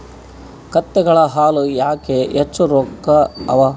ಕತ್ತೆಗಳ ಹಾಲ ಯಾಕ ಹೆಚ್ಚ ರೊಕ್ಕ ಅವಾ?